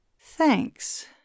Thanks